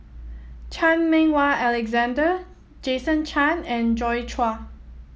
Chan Meng Wah Alexander Jason Chan and Joi Chua